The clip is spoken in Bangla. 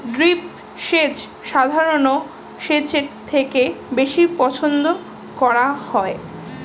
ড্রিপ সেচ সাধারণ সেচের থেকে বেশি পছন্দ করা হয়